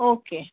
okay